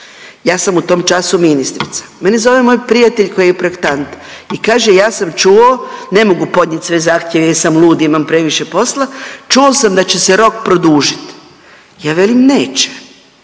Ja sam u tom času ministrica. Mene zove moj prijatelj koji je projektant i kaže ja sam čuo, ne mogu podnijeti sve zahtjeve već sam lud, imam previše posla. Čuo sam da će se rok produžiti. Ja velim neće.